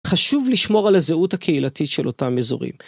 חשוב לשמור על הזהות הקהילתית של אותם אזורים.